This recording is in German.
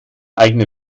eigene